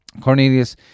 Cornelius